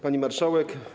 Pani Marszałek!